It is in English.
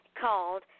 called